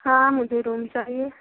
हाँ मुझे रूम चाहिए